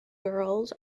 girls